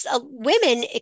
women